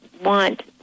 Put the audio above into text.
want